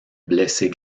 blessés